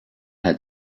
had